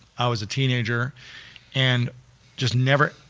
i was a teenager and just never,